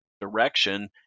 direction